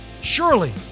surely